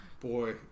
Boy